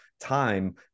time